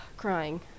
Crying